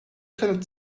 cannot